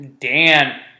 Dan